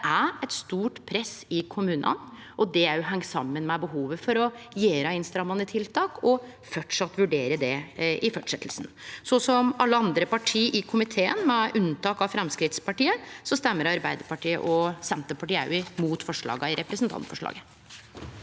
Det er eit stort press i kommunane, og det heng saman med behovet for å gjere innstrammande tiltak og framleis vurdere det i fortsetjinga. Så som alle andre parti i komiteen, med unntak av Framstegspartiet, stemmer Arbeidarpartiet og Senterpartiet mot forslaga i representantforslaget.